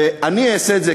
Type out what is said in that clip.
ואני אעשה את זה,